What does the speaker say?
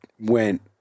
went